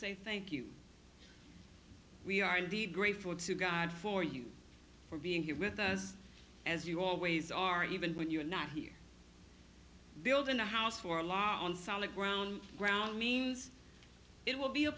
say thank you we are indeed grateful to god for you for being here with us as you always are even when you're not here building the house for a law on solid ground ground means it will be a